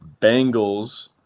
Bengals